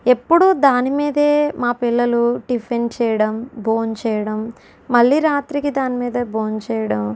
ఎప్పుడూ దాని మీదే మా పిల్లలు టిఫిన్ చేయడం భోంచేయడం మళ్ళీ రాత్రికి దాని మీదే భోంచేయడం